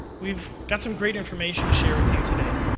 we've got some great information to share with you today.